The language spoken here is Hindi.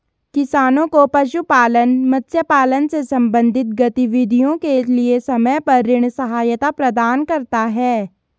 किसानों को पशुपालन, मत्स्य पालन से संबंधित गतिविधियों के लिए समय पर ऋण सहायता प्रदान करता है